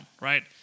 right